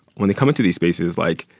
when they come into these spaces, like,